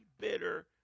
bitter